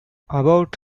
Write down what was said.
about